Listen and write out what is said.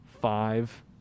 five